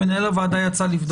מנהל הוועדה יצא לבדוק את העניין.